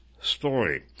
story